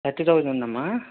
thirty thousand ఉందమ్మా